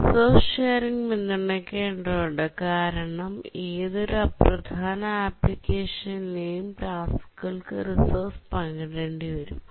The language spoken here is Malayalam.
റിസോഴ്സ് ഷെറിങ് പിന്തുണക്കേണ്ടതുണ്ട് കാരണം ഏതൊരു അപ്രധാന അപ്പ്ലിക്കേഷനിലെയും ടാസ്കുകൾക് റിസോഴ്സ് പങ്കിടേണ്ടി വരും